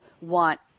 want